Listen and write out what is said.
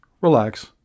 relax